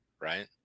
right